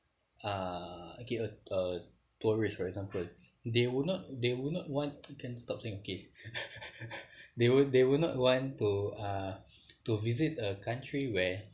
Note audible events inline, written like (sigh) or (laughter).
uh okay uh uh tourist for example they will not they will not want (noise) you can stop saying okay (laughs) they will they will not want to uh (breath) to visit a country where